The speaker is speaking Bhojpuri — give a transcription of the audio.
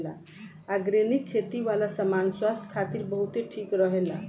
ऑर्गनिक खेती वाला सामान स्वास्थ्य खातिर बहुते ठीक रहेला